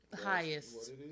highest